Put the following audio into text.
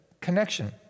Connection